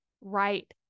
right